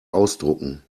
ausdrucken